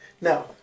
Now